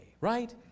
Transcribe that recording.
right